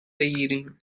بگیریم